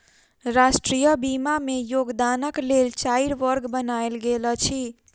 राष्ट्रीय बीमा में योगदानक लेल चाइर वर्ग बनायल गेल अछि